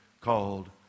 called